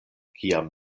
kiam